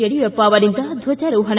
ಯಡಿಯೂರಪ್ಪ ಅವರಿಂದ ದ್ವಜಾರೋಹಣ